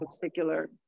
particular